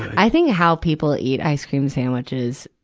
i think how people eat ice cream sandwiches,